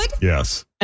Yes